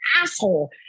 asshole